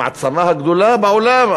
המעצמה הגדולה בעולם,